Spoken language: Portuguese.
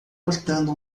cortando